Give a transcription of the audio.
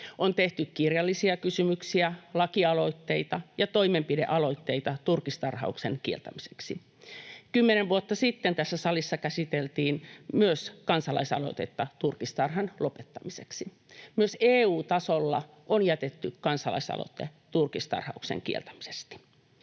On tehty kirjallisia kysymyksiä, lakialoitteita ja toimenpidealoitteita turkistarhauksen kieltämiseksi. Myös kymmenen vuotta sitten tässä salissa käsiteltiin kansalaisaloitetta turkistarhan lopettamiseksi. Myös EU-tasolla on jätetty kansalaisaloite turkistarhauksen kieltämisestä,